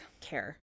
care